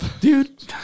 Dude